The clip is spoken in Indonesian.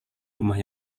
rumah